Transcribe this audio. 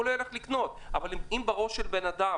הוא לא ילך לקנות אבל אם בראש של בן אדם